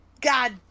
God